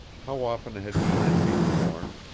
how often had he envied thorne!